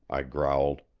i growled.